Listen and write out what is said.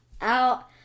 out